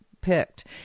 picked